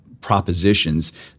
propositions